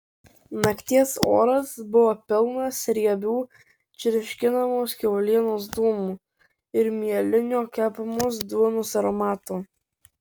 nakties oras buvo pilnas riebių čirškinamos kiaulienos dūmų ir mielinio kepamos duonos aromato